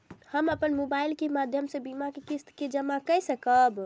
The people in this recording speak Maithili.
हम अपन मोबाइल के माध्यम से बीमा के किस्त के जमा कै सकब?